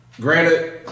Granted